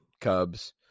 Cubs